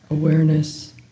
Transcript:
awareness